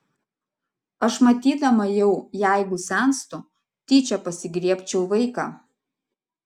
aš matydama jau jeigu senstu tyčia pasigriebčiau vaiką